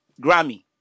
Grammy